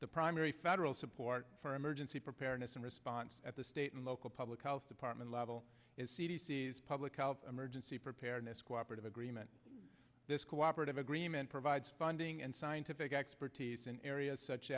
the primary federal support for emergency preparedness and response at the state and local public health department level is c d c s public health emergency preparedness cooperative agreement this cooperative agreement provides funding and scientific expertise in areas such